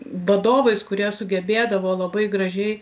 vadovais kurie sugebėdavo labai gražiai